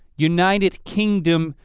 united kingdom,